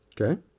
Okay